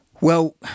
Well-